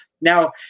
Now